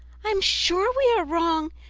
i am sure we are wrong,